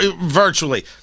virtually